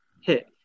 hit